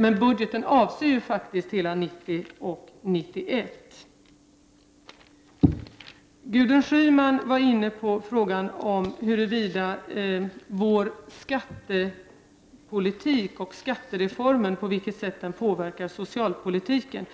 Men budgeten avser ju faktiskt hela 1990 och 1991. Gudrun Schyman var inne på frågan om på vilket sätt vår skattepolitik och skattereformen påverkar socialpolitiken.